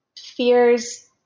fears